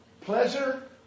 pleasure